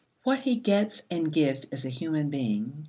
what he gets and gives as a human being,